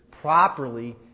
properly